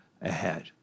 ahead